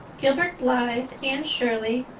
gilbert blythe, anne shirley,